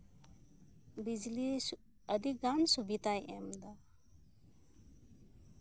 ᱵᱤᱡᱽᱞᱤ ᱟᱹᱰᱤᱜᱟᱱ ᱥᱩᱵᱤᱛᱟᱭ ᱮᱢ ᱮᱫᱟ